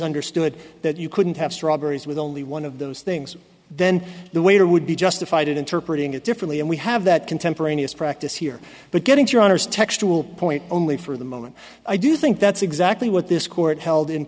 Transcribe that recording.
understood that you couldn't have strawberries with only one of those things then the waiter would be justified in interpret it differently and we have that contemporaneous practice here but getting to your honor's textual point only for the moment i do think that's exactly what this court held in